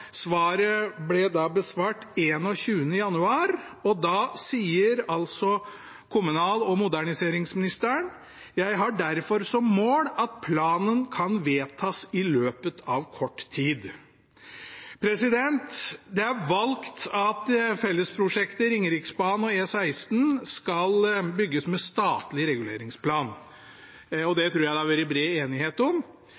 Svaret ble da besvart 21. januar, og da sa kommunal- og moderniseringsministeren: jeg har derfor som mål at planen kan vedtas i løpet av kort tid.» Det er valgt at fellesprosjektet Ringeriksbanen/E16 skal bygges med statlig reguleringsplan, og det